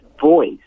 voice